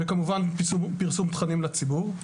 וכמובן פרסום תכנים לציבור.